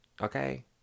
okay